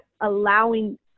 allowing –